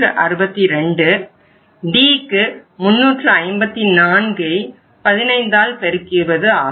5 2162 Dக்கு 354 X 15 ஆகும்